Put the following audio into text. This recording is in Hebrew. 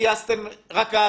ושמעתי שלא גייסתם רכז.